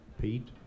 Pete